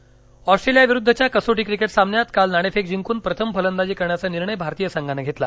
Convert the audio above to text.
cricket ऑस्ट्रेलियाविरुद्धच्या कसोटी cricket सामन्यात काल नाणेफेक जिंकून प्रथम फलंदाजी करण्याचा निर्णय भारतीय संघानं घेतला